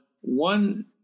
one